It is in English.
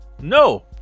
no